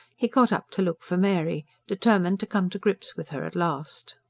he got up to look for mary, determined to come to grips with her at last.